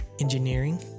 engineering